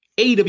AW